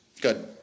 Good